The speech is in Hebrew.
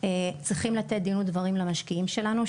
צריכים לתת דין ודברים למשקיעים שלנו,